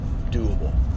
doable